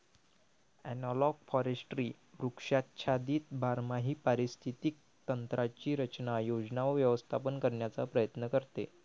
analogue forestry वृक्षाच्छादित बारमाही पारिस्थितिक तंत्रांची रचना, योजना व व्यवस्थापन करण्याचा प्रयत्न करते